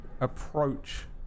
approach